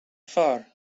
far